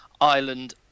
Ireland